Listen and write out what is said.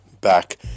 back